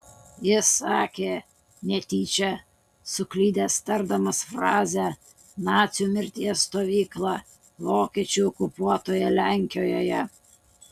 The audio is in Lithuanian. jis sakė netyčia suklydęs tardamas frazę nacių mirties stovykla vokiečių okupuotoje lenkijoje